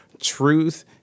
truth